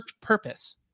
purpose